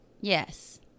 Yes